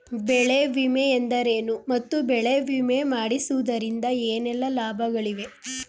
ಬೆಳೆ ವಿಮೆ ಎಂದರೇನು ಮತ್ತು ಬೆಳೆ ವಿಮೆ ಮಾಡಿಸುವುದರಿಂದ ಏನೆಲ್ಲಾ ಲಾಭಗಳಿವೆ?